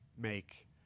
make